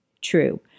true